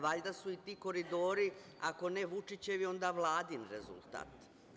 Valjda su i ti koridori, ako ne Vučićevi, onda Vladin rezultat?